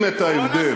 רואים את ההבדל.